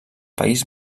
país